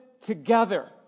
together